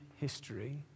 history